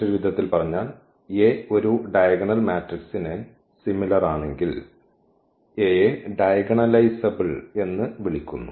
മറ്റൊരു വിധത്തിൽ പറഞ്ഞാൽ A ഒരു ഡയഗണൽ മാട്രിക്സിന് സിമിലർ ആണെങ്കിൽ A നെ ഡയഗണലൈസബ്ൾ എന്ന് വിളിക്കുന്നു